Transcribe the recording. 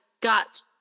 got